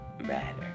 matter